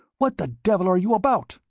what the devil are you about?